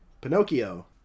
Pinocchio